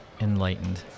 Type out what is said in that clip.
enlightened